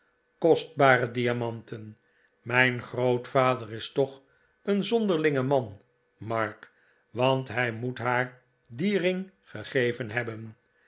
kostbare diamanten mijn grootvader is toch een zonderlinge man mark want hij moet haar dien ring gegeven hebben